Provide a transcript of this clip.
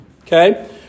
Okay